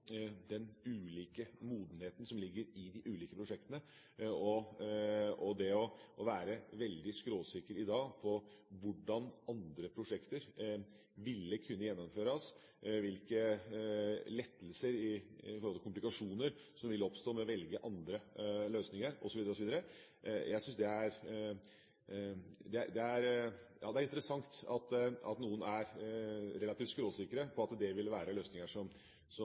den ulike modenheten som ligger i de ulike prosjektene. Noen er veldig skråsikre i dag på hvordan andre prosjekter ville kunne gjennomføres og hvilke lettelser i forhold til komplikasjoner som ville oppstå ved å velge andre løsninger osv. Jeg syns det er interessant at noen er relativt skråsikre på at det vil være løsninger som